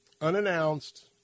Unannounced